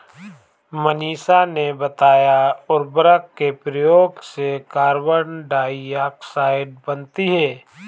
मनीषा ने बताया उर्वरक के प्रयोग से कार्बन डाइऑक्साइड बनती है